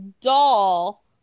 doll